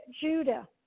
Judah